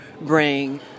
bring